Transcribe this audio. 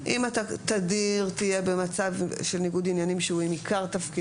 אם אתה תדיר תהיה במצב של ניגוד עניינים שהוא מעיקר תפקידך,